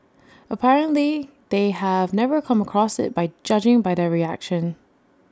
apparently they have never come across IT by judging by their reaction